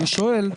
אני שואל,